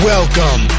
Welcome